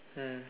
mm